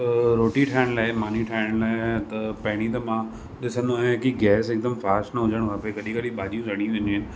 अ रोटी ठाहिण लाइ मानी ठाहिण लाइ पहिरीं त मां ॾिसंदो आहियां की गैस हिकदमि फास्ट न हुजणु खपे कॾीहिं कॾहिं भाॼियूं सड़ी वेंदियूं आहिनि